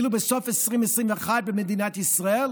ואילו במדינת ישראל,